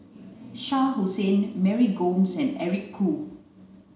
Shah Hussain Mary Gomes and Eric Khoo